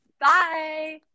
Bye